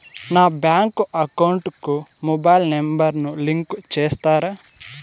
నా bank account కు mobile number ను లింకు చేస్తారా?